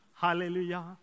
Hallelujah